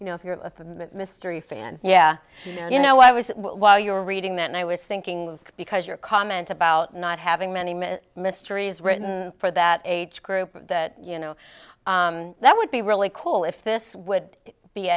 you know if you're a mystery fan yeah you know i was while you were reading that i was thinking because your comment about not having many many mysteries written for that age group that you know that would be really cool if this would be